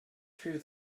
through